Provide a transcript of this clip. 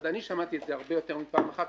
אני שמעתי את זה הרבה יותר מפעם אחת,